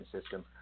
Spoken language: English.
system